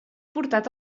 portat